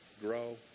grow